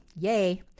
Yay